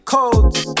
Codes